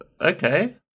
Okay